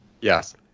Yes